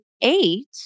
eight